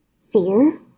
fear